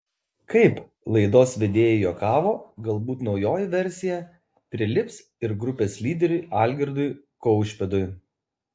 kaip laidos vedėjai juokavo galbūt naujoji versija prilips ir grupės lyderiui algirdui kaušpėdui